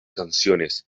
canciones